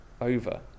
over